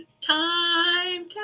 time